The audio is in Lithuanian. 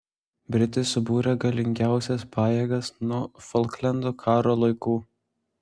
britai subūrė galingiausias pajėgas nuo folklendo karo laikų